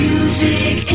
Music